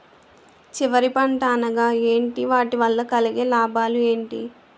చివరి పంట అనగా ఏంటి వాటి వల్ల కలిగే లాభాలు ఏంటి